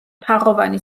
თაღოვანი